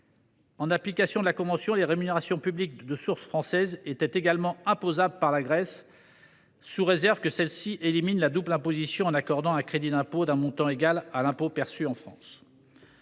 En application de la convention, les rémunérations publiques de source française étaient également imposables par la Grèce, sous réserve que cette dernière élimine la double imposition en accordant un crédit d’impôt d’un montant égal à celui de